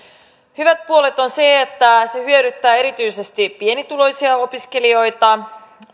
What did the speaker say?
hyvät puolet ovat ne että se hyödyttää erityisesti pienituloisia opiskelijoita